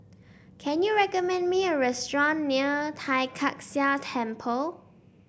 can you recommend me a restaurant near Tai Kak Seah Temple